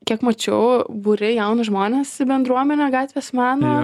kiek mačiau buri jaunus žmones į bendruomenę gatvės meno